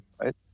right